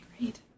Great